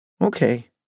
Okay